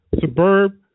suburb